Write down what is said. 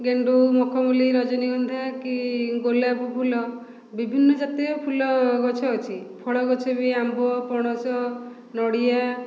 ଗେଣ୍ଡୁ ମକମଲ୍ଲୀ ରଜନୀଗନ୍ଧା କି ଗୋଲାପ ଫୁଲ ବିଭିନ୍ନ ଜାତୀୟ ଫୁଲ ଗଛ ଅଛି ଫଳ ଗଛ ବି ଆମ୍ବ ପଣସ ନଡ଼ିଆ